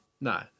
No